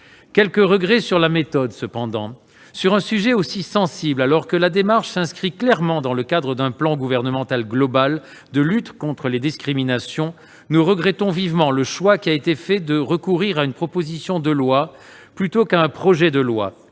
quelques regrets sur la méthode, cependant : sur un sujet aussi sensible, alors que la démarche s'inscrit clairement dans le cadre d'un plan gouvernemental global de lutte contre les discriminations, nous regrettons vivement le choix qui a été fait de recourir à une proposition de loi plutôt qu'à un projet de loi,